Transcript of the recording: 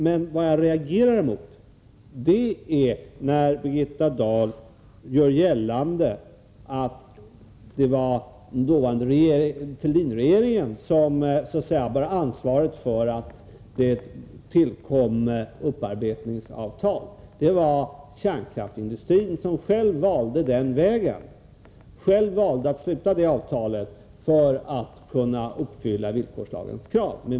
Men jag reagerar mot att Birgitta Dahl gör gällande att det var den dåvarande Fälldin-regeringen som bar ansvaret för att det tillkom upparbetningsavtal. Det var kärnkraftsindustrin som själv valde den vägen att sluta avtalet för att kunna uppfylla villkorslagens krav.